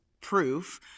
proof